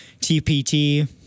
TPT